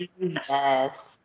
Yes